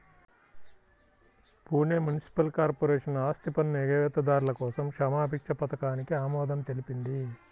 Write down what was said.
Pune municipal corporation ఆస్తిపన్ను ఎగవేతదారుల కోసం క్షమాభిక్ష పథకానికి ఆమోదం తెలిపింది